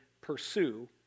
pursue